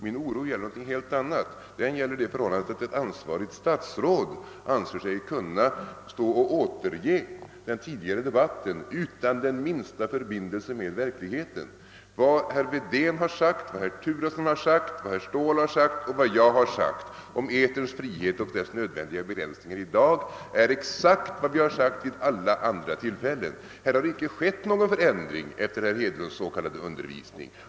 Min oro gäller någonting helt annat, nämligen det förhållandet att ett ansvarigt statsråd anser sig kunna återge den tidigare debatten utan den minsta anknytning till verkligheten. Vad herr Wedén har sagt, vad herr Turesson, herr Ståhl och jag har sagt i dag om eterns frihet och dess nödvändiga begränsningar är exakt detsamma som vi sagt vid alla andra tillfällen. Här har inte skett någon ändring efter herr Hedlunds s.k. undervisning.